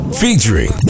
featuring